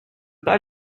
pas